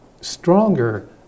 stronger